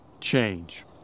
change